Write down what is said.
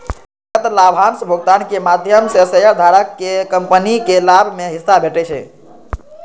नकद लाभांश भुगतानक माध्यम सं शेयरधारक कें कंपनीक लाभ मे हिस्सा भेटै छै